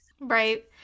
Right